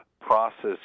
process